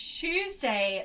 tuesday